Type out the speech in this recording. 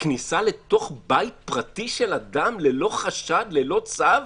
כניסה לתוך בית פרטי של אדם ללא חשד, ללא צו?